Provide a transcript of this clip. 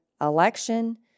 election